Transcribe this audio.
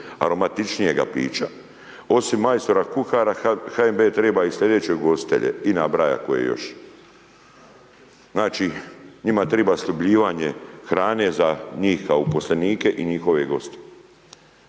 aromatičnijega pića, osim majstora kuhara, HNB treba i slijedeće ugostitelje, i nabraja koje još. Znači, njima treba sljubljivanje hrane za njih kao uposlenike i njihove goste.